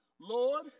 Lord